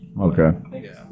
Okay